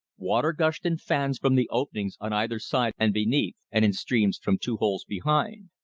water gushed in fans from the openings on either side and beneath and in streams from two holes behind.